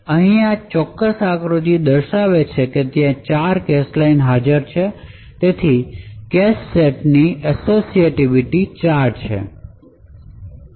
અહીં આ ચોક્કસ આકૃતિ દર્શાવે છે કે ત્યાં 4 કેશ લાઇનો હાજર છે તેથી કેશ સેટની અસોસીયેટીવિટી ચાર છે